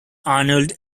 arnold